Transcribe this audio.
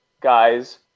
guys